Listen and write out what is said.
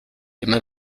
immer